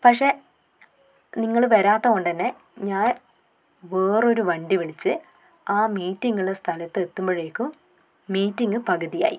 പക്ഷേ നിങ്ങൾ വരാത്തതു കൊണ്ടു തന്നെ ഞാൻ വേറൊരു വണ്ടി വിളിച്ച് ആ മീറ്റിംഗുള്ള സ്ഥലത്ത് എത്തുമ്പോലേക്കും മീറ്റിംഗ് പകുതിയായി